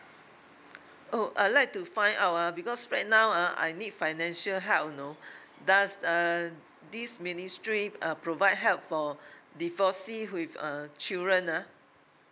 oh I would like to find out ah because right now ah I need financial help you know does the this ministry uh provide help for divorcee with uh children ah